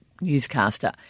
newscaster